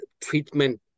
treatment